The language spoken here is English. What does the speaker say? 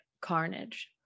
carnage